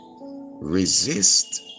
resist